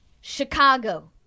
Chicago